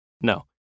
No